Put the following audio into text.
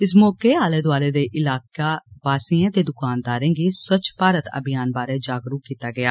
इस मौके आले दुआले दे इलाका वासिएं ते दुकानदारें गी स्वच्छ भारत अभियान बारे जागरूक कीता गेआ